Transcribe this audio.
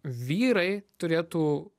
vyrai turėtų